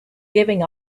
giving